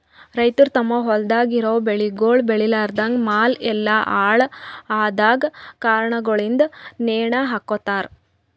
ರೈತುರ್ ತಮ್ ಹೊಲ್ದಾಗ್ ಇರವು ಬೆಳಿಗೊಳ್ ಬೇಳಿಲಾರ್ದಾಗ್ ಮಾಲ್ ಎಲ್ಲಾ ಹಾಳ ಆಗಿದ್ ಕಾರಣಗೊಳಿಂದ್ ನೇಣ ಹಕೋತಾರ್